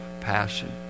passion